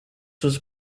was